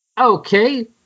Okay